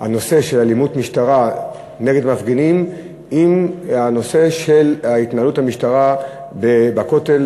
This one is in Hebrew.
הנושא של אלימות משטרה נגד מפגינים עם הנושא של התנהלות המשטרה בכותל,